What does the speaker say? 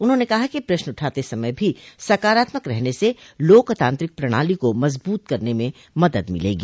उन्होंने कहा कि प्रश्न उठाते समय भी सकारात्मक रहने से लोकतांत्रिक प्रणाली को मजबूत करने में मदद मिलेगी